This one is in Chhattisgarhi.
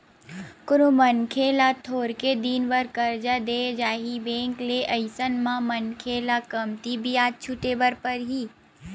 कोनो मनखे ल थोरके दिन बर करजा देय जाही बेंक ले अइसन म मनखे ल कमती बियाज छूटे बर परही